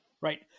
Right